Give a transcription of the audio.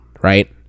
right